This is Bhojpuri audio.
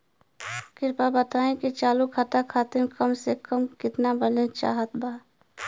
कृपया बताई कि चालू खाता खातिर कम से कम केतना बैलैंस चाहत बा